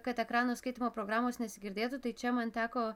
kad ekrano skaitymo programos nesigirdėtų tai čia man teko